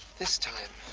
this time,